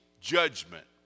judgment